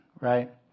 right